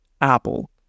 Apple